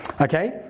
Okay